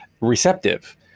receptive